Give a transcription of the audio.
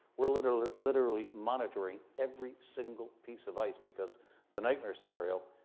we're literally literally monitoring every single piece of ice because the nightmare scenario,